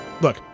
Look